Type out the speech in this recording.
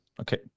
Okay